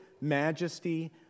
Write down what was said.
majesty